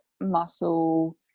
muscle